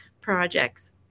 projects